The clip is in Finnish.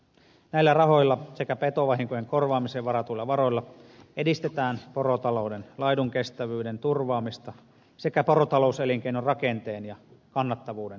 näillä rahoilla sekä petovahinkojen korvaamiseen varatuilla varoilla edistetään porotalouden laidunkestävyyden turvaamista sekä porotalouselinkeinon rakenteen ja kannattavuuden kehittämistä